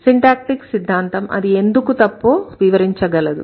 కానీ సిన్టాక్టీక్ సిద్ధాంతం అది ఎందుకు తప్పో వివరించ గలదు